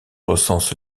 recense